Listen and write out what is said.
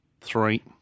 three